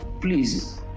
please